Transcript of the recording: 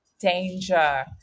danger